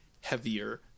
heavier